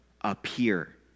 appear